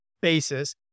basis